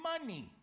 money